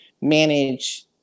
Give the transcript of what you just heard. manage